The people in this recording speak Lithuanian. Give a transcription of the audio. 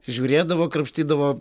žiūrėdavo krapštydavo